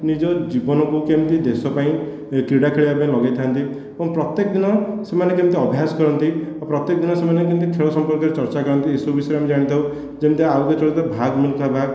ନିଜ ଜୀବନକୁ କେମିତି ଦେଶ ପାଇଁ କ୍ରୀଡ଼ା ଖେଳିବା ପାଇଁ ଲଗେଇଥାନ୍ତି ଏବଂ ପ୍ରତ୍ୟକ ଦିନ ସେମାନେ କେମିତି ଅଭ୍ୟାସ କରନ୍ତି ଆଉ ପ୍ରତ୍ୟେକ ଦିନ ସେମାନେ କେମିତି ଖେଳ ସମ୍ପର୍କରେ ଚର୍ଚ୍ଚା କରନ୍ତି ଏସବୁ ବିଷୟରେ ଆମେ ଜାଣିଥାଉ ଯେମିତି ଆଉ ଏକ ଚଳଚିତ୍ର ଭାଗ ମୀଲ୍ଖା ଭାଗ